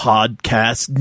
Podcast